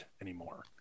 anymore